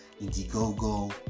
Indiegogo